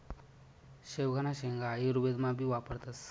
शेवगांना शेंगा आयुर्वेदमा भी वापरतस